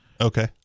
Okay